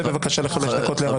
צא בבקשה לחמש דקות להירגע.